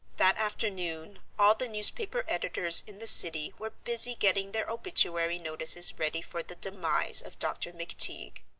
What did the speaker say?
that afternoon all the newspaper editors in the city were busy getting their obituary notices ready for the demise of dr. mcteague.